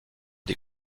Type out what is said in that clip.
des